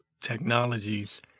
technologies